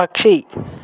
పక్షి